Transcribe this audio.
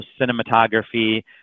cinematography